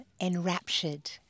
enraptured